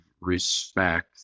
respect